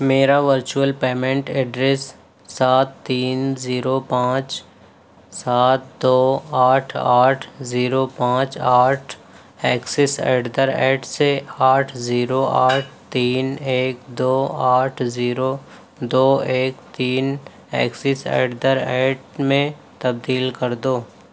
میرا virtual payment address سات تین زیرو پانچ سات دو آٹھ آٹھ زیرو پانچ آٹھ ایکسس ایٹ در ایٹ سے آٹھ زیرو آٹھ تین ایک دو آٹھ زیرو دو ایک تین ایکسس ایٹ در ایٹ میں تبدیل کر دو